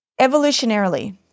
evolutionarily